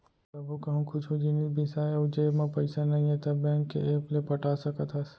कभू कहूँ कुछु जिनिस बिसाए अउ जेब म पइसा नइये त बेंक के ऐप ले पटा सकत हस